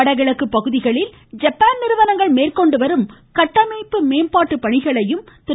வடகிழக்கு பகுதிகளில் ஐப்பான் நிறுவனங்கள் மேற்கொண்டு வரும் கட்டமைப்பு மேம்பாட்டு பணிகளையும் திரு